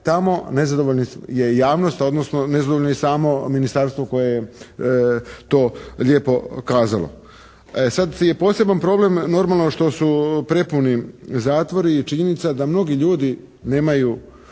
tamo, nezadovoljna je javnost, odnosno nezadovoljno je i samo ministarstvo koje je to lijepo kazalo. E sad je poseban problem normalno što su prepuni zatvori i činjenica da mnogi ljudi nemaju